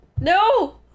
No